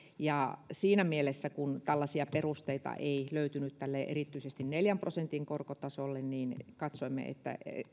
ja siinä mielessä kun tällaisia perusteita ei löytynyt erityisesti tälle neljän prosentin korkotasolle katsoimme että